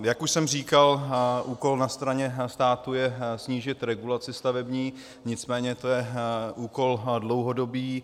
Jak už jsem říkal, úkol na straně státu je snížit regulaci stavební, nicméně to je úkol dlouhodobý.